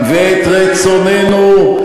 תעשה שלום.